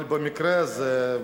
אבל במקרה הזה,